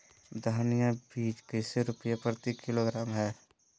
धनिया बीज कैसे रुपए प्रति किलोग्राम है?